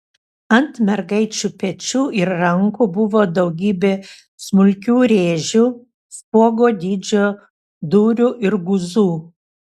ant mergaičių pečių ir rankų buvo daugybė smulkių rėžių spuogo dydžio dūrių ir guzų